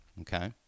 Okay